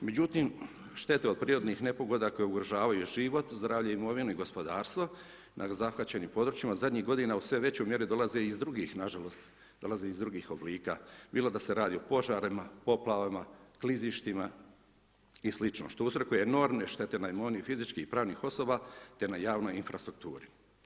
Međutim, štete od prirodnih nepogoda, koje ugrožavaju život, zdravlje imovinu i gospodarstvo na zahvaćenim područjima, zadnjih godina, u sve većoj mjeri dolaze, nažalost, iz drugih oblika, bilo da se radi o požarima, poplavama, klizištima i sl., što uzrokuje enormne štete na imovini i fizičkih i pravnih osoba, te na javnoj infrastrukturi.